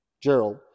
Gerald